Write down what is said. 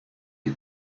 you